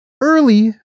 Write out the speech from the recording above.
early